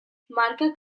markak